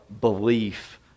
belief